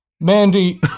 Mandy